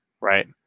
right